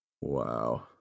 wow